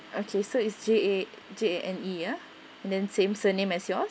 okay so it's J A N E ya and then same surname as yours